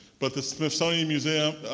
but the smithsonian museum,